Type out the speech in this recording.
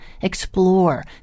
explore